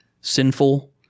sinful